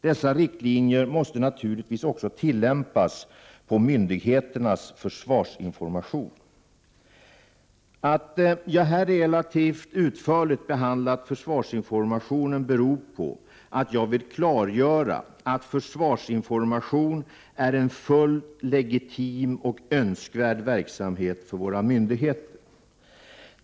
Dessa riktlinjer måste naturligtvis också tillämpas på myndigheternas försvarsinformation. Att jag här relativt utförligt behandlat försvarsinformationen beror på att jag vill klargöra att förvarsinformation är en fullt legitim och önskvärd verksamhet för våra myndigheter.